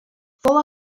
fou